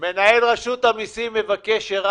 אם התקיימו לגביו שני התנאים האמורים בסעיף 18כה(1) ו-(4)